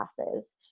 classes